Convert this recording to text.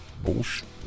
bullshit